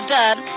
done